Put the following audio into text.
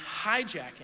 hijacking